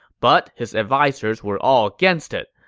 but his advisers were all against it.